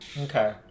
okay